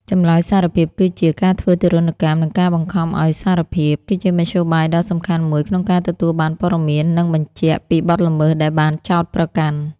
ចម្លើយសារភាពគឺជា ការធ្វើទារុណកម្ម និងការបង្ខំឱ្យសារភាព គឺជាមធ្យោបាយដ៏សំខាន់មួយក្នុងការទទួលបានព័ត៌មាន និង "បញ្ជាក់" ពីបទល្មើសដែលបានចោទប្រកាន់។